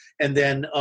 and then,